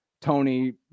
Tony